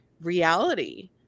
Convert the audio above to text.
reality